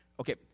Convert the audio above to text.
Okay